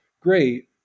great